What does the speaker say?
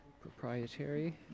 Proprietary